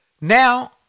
now